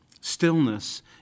Stillness